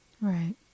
Right